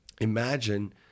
imagine